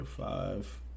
five